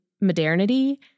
modernity